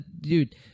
Dude